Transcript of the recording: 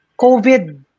COVID